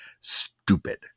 stupid